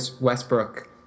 Westbrook